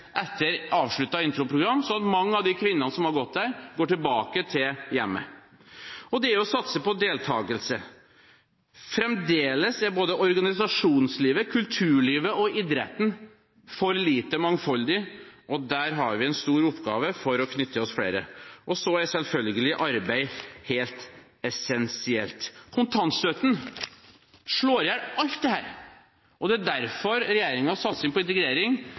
etter avsluttet introprogram, så mange av de kvinnene som har gått der, går tilbake til hjemmet. Det er å satse på deltakelse. Fremdeles er både organisasjonslivet, kulturlivet og idretten for lite mangfoldig. Der har vi en stor oppgave med å knytte til oss flere. Og så er selvfølgelig arbeid helt essensielt. Kontantstøtten slår i hjel alt dette. Det er derfor regjeringens satsing på integrering